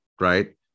right